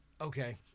Okay